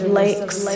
lakes